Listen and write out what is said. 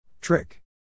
Trick